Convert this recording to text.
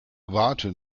warte